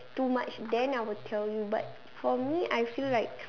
too much then I will tell you but for me I feel like